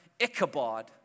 Ichabod